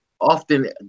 often